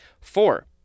four